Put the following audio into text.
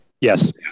Yes